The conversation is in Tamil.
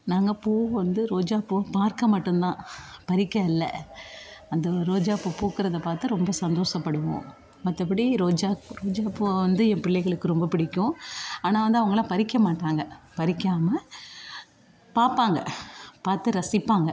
நாங்கள் பூ வந்து ரோஜாப்பூவை பார்க்க மட்டும் தான் பறிக்க இல்லை அந்த ரோஜாப்பூ பூக்கிறத பார்த்து ரொம்ப சந்தோஷப்படுவோம் மற்றபடி ரோஜா ரோஜாப் பூவை வந்து என் பிள்ளைகளுக்கு ரொம்ப பிடிக்கும் ஆனால் வந்து அவங்களான் பறிக்க மாட்டாங்க பறிக்காமல் பார்ப்பாங்க பார்த்து ரசிப்பாங்க